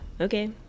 okay